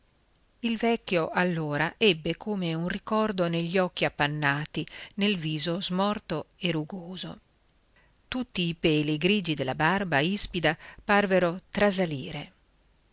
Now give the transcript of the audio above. il vecchio allora ebbe come un ricordo negli occhi appannati nel viso smorto e rugoso tutti i peli grigi della barba ispida parvero trasalire